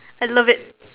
I love it